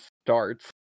starts